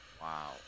Wow